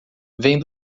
vem